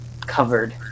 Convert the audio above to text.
covered